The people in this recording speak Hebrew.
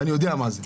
אני יודע מה זה.